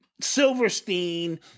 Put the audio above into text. Silverstein